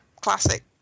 classic